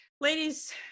ladies